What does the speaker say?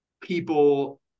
people